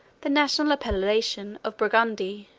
the national appellation of burgundy.